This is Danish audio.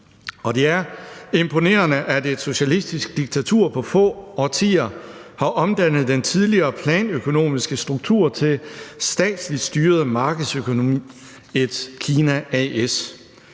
Det er imponerende, at et socialistisk diktatur på få årtier har omdannet den tidligere planøkonomiske struktur til statsligt styret markedsøkonomi: et Kina a/s.